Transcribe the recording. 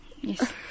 Yes